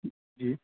جی